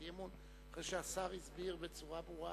אי-אמון אחרי שהשר הסביר בצורה ברורה